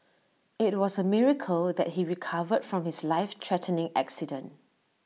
IT was A miracle that he recovered from his life threatening accident